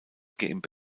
gmbh